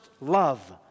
love